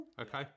Okay